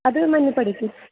അത് മഞ്ഞപ്പടിക്ക്